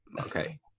Okay